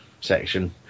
section